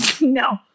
No